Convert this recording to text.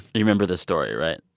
you remember the story, right?